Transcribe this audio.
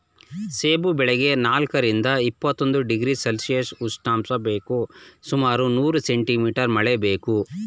ಸೇಬು ಬೆಳೆಗೆ ನಾಲ್ಕರಿಂದ ಇಪ್ಪತ್ತೊಂದು ಡಿಗ್ರಿ ಸೆಲ್ಶಿಯಸ್ ಉಷ್ಣಾಂಶ ಬೇಕು ಸುಮಾರು ನೂರು ಸೆಂಟಿ ಮೀಟರ್ ಮಳೆ ಬೇಕು